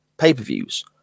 pay-per-views